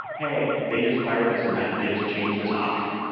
hey, they just fired this event. they just change this option.